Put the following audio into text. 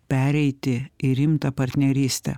pereiti į rimtą partnerystę